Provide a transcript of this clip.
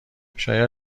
شاید